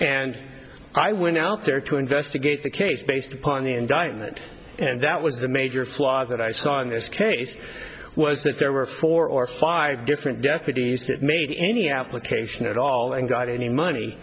and i went out there to investigate the case based upon the indictment and that was the major flaw that i saw in this case was that there were four or five different deputies that made any application at all and got any money